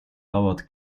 howard